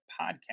podcast